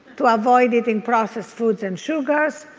to avoid eating processed foods and sugars,